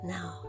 Now